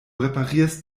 reparierst